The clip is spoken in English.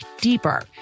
deeper